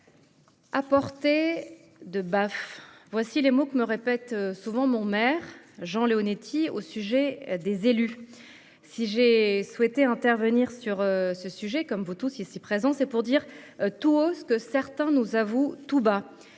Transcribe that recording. à portée de baffe, voici les mots qui me répète souvent mon maire Jean Léonetti au sujet des élus si j'ai souhaité intervenir sur ce sujet, comme vous tous ici présents, c'est pour dire tout haut ce que certains nous avoue tout bas